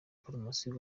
promosiyo